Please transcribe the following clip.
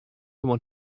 want